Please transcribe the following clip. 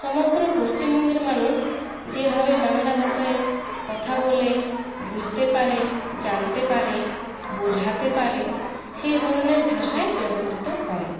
সমগ্র পশ্চিমবঙ্গের মানুষ যেভাবে বাংলা ভাষায় কথা বলে বুঝতে পারে জানতে পারে বোঝাতে পারে সেই ধরনের ভাষাই ব্যবহৃত হয়